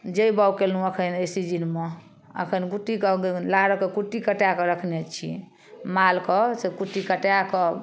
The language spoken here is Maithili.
जैइ बाओग कयलहुँ एखन अइ सिजनमे एखन कुट्टी नारके कुट्टी कटैकऽ रखने छी मालके से कुट्टी कटैकऽ